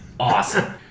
Awesome